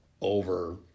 over